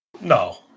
No